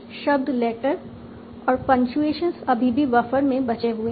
शब्द लेटर और पंक्चुएशन अभी भी बफर में बचे हुए हैं